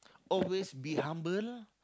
always be humble